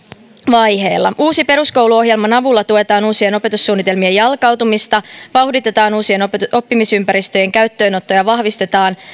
vaiheella uusi peruskoulu ohjelman avulla tuetaan uusien opetussuunnitelmien jalkautumista vauhditetaan uusien oppimisympäristöjen käyttöönottoa ja vahvistetaan